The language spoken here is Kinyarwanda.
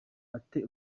ate